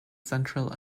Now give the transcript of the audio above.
central